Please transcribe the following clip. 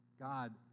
God